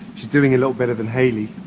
she's doing a lot better than haley,